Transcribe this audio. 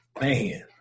Man